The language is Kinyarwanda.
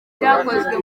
byakozwe